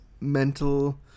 mental